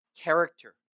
character